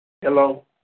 Hello